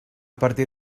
partir